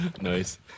Nice